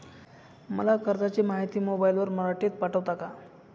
मला कर्जाची माहिती मोबाईलवर मराठीत पाठवता का?